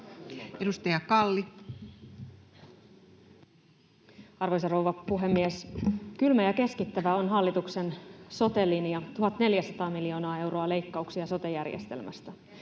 Content: Arvoisa rouva puhemies! Kylmä ja keskittävä on hallituksen sote-linja: 1 400 miljoonaa euroa leikkauksia sote-järjestelmästä.